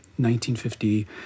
1950